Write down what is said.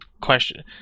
question